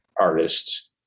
artists